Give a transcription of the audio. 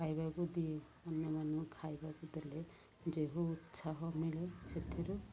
ଖାଇବାକୁ ଦିଏ ଅନ୍ୟମାନ ଖାଇବାକୁ ଦେଲେ ଯେଉଁ ଉତ୍ସାହ ମିଳେ ସେଥିରୁ